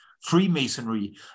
Freemasonry